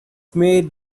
made